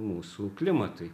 mūsų klimatui